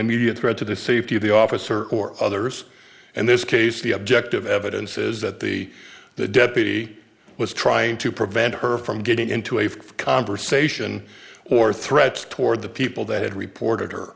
immediate threat to the safety of the officer or others and this case the objective evidence is that the the deputy was trying to prevent her from getting into a conversation or threats toward the people that had reported her